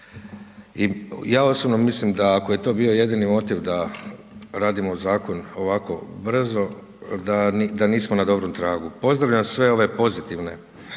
i ja osobno mislim da ako je to bio jedini motiv da radimo Zakon ovako brzo, da nismo na dobrom tragu. Pozdravljam sve ove pozitivne